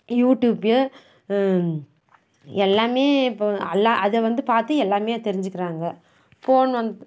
YouTube எல்லாமே இப்போ எல்லா அதை வந்து பார்த்து எல்லாமே தெரிஞ்சுக்கிறாங்க ஃபோன் வந்து